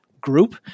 group